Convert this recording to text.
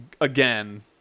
again